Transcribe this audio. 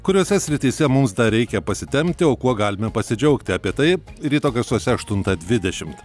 kuriose srityse mums dar reikia pasitempti o kuo galime pasidžiaugti apie taip ryto garsuose aštuntą dvidešimt